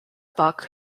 buck